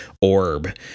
orb